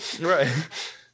Right